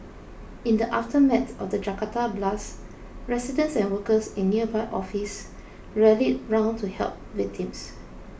in the aftermath of the Jakarta blasts residents and workers in nearby offices rallied round to help victims